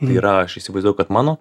tai yra aš įsivaizduoju kad mano